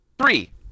Three